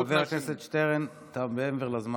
חבר הכנסת שטרן, אתה מעבר לזמן.